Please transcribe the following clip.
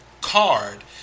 card